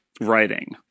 writing